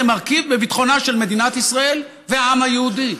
זה מרכיב בביטחונם של מדינת ישראל והעם היהודי.